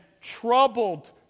troubled